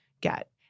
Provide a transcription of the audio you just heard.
get